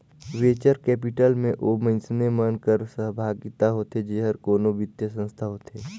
venture capital में ओ मइनसे मन कर सहभागिता होथे जेहर कोनो बित्तीय संस्था होथे